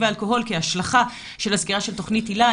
האלכוהול כהשלכה של הסגירה של תוכנית היל"ה.